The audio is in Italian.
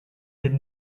del